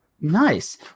nice